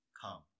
come